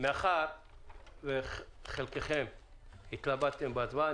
מאחר שחלקכם התלבטתם בהצבעה,